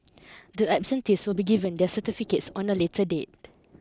the absentees will be given their certificates on a later date